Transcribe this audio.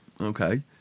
Okay